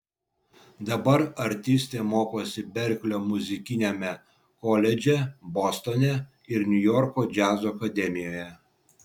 dabar artistė mokosi berklio muzikiniame koledže bostone ir niujorko džiazo akademijoje